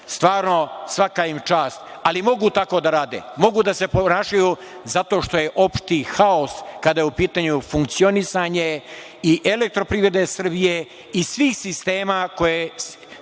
Stvarno svaka im čast. Ali, mogu tako da rade, mogu da se ponašanju zato što je opšti haos kada je u pitanju funkcionisanje i elektroprivrede Srbije i svih sistema koje